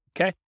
Okay